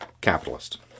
capitalist